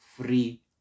Free